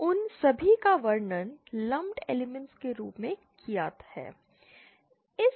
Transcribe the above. उन् सभी का वर्णन लंपड एलिमेंट्स के रूप में किया है